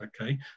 Okay